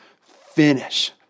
finish